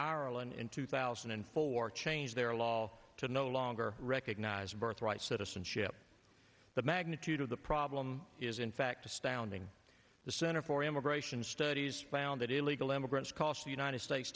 own in two thousand and four changed their law to no longer recognized birthright citizenship the magnitude of the problem is in fact astounding the center for immigration studies found that illegal immigrants cost the united states